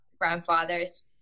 grandfather's